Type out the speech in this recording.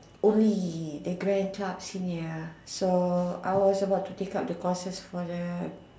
only the grand club senior so I was about to take up the courses for the